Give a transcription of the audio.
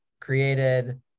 created